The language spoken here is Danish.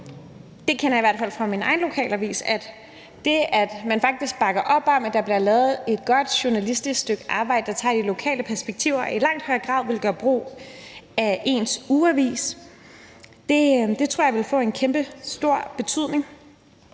det kender jeg i hvert fald fra min egen lokalavis – at det, at man faktisk bakker op om, at der bliver lavet et godt journalistisk stykke arbejde, der tager de lokale perspektiver, og i langt højere grad vil gøre brug af ens ugeavis, vil få en kæmpestor betydning.